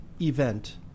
event